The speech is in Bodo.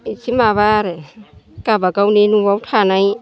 इसे माबा आरो गाबागावनि न'आव थानाय